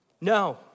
No